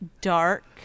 dark